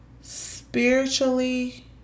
spiritually